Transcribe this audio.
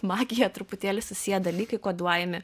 magija truputėlį susiję dalykai koduojami